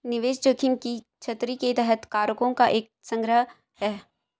निवेश जोखिम की छतरी के तहत कारकों का एक संग्रह है